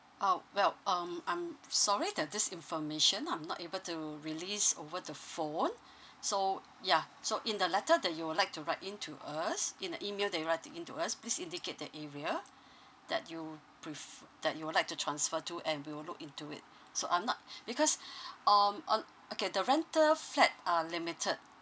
uh well um I'm sorry that this information I'm not able to release over the phone so yeah so in the letter that you would like to write in to us in the email that you writing in to us please indicate the area that you pref~ that you would like to transfer to and we will look into it so I'm not because um on okay the rental flat are limited